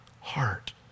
heart